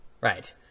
Right